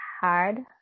hard